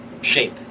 shape